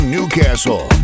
Newcastle